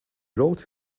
wrote